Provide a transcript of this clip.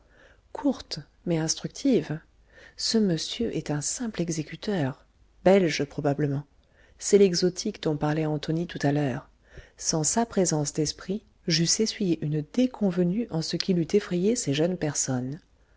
courte mais instructive ce monsieur est un simple exécuteur belge probablement c'est l'exotique dont parlait antonie tout à l'heure sans sa présence d'esprit j'eusse essuyé une déconvenue en ce qu'il eût effrayé ces jeunes personnes